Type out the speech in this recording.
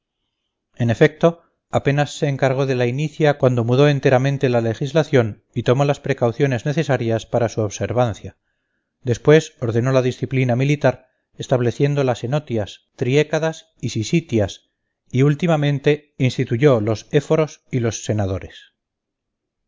en efecto apenas se encargó de la inicia cuando mudó enteramente la legislación y tomó las precauciones necesarias para su observancia después ordenó la disciplina militar estableciendo las enotias triécadas y sissitias y últimamente instituyó los éforos y los senadores